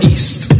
East